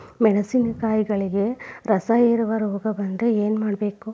ಮೆಣಸಿನಕಾಯಿಗಳಿಗೆ ರಸಹೇರುವ ರೋಗ ಬಂದರೆ ಏನು ಮಾಡಬೇಕು?